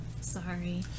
Sorry